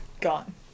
Gone